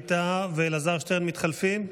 ווליד טאהא ואלעזר שטרן מתחלפים?